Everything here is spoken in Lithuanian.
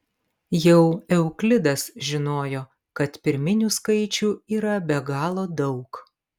jau euklidas žinojo kad pirminių skaičių yra be galo daug